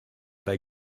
they